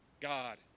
God